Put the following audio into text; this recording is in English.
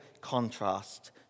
contrast